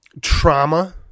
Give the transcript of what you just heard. trauma